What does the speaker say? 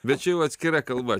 bet čia jau atskira kalba